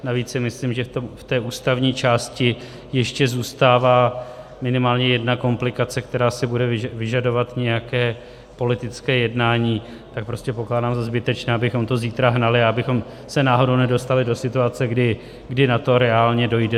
Navíc si myslím, že v té ústavní části ještě zůstává minimálně jedna komplikace, která si bude vyžadovat nějaké politické jednání, tak prostě pokládám za zbytečné, abychom to zítra hnali a abychom se náhodou nedostali do situace, kdy na to reálně dojde.